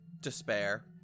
despair